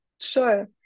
Sure